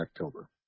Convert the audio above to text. October